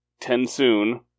Tensoon